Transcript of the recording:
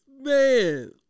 Man